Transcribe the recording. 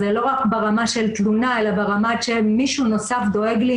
אז זה לא רק ברמה של תלונה אלא ברמה של 'מישהו נוסף דואג לי,